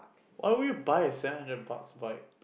why would you buy a seven hundred bucks bike